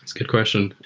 good question.